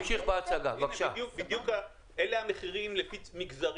אלה המחירים לפי מגזרים.